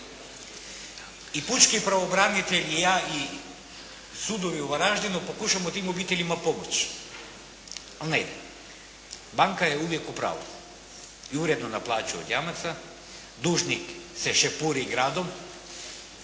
I pučki pravobranitelj i ja i sudovi u Varaždinu pokušavamo tim obiteljima pomoći, ali ne ide. Banka je uvijek u pravu i uredno naplaćuje od jamaca, dužnik se šepuri gradom,